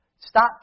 Stop